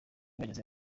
bageze